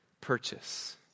purchase